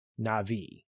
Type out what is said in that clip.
Na'vi